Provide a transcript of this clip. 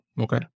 Okay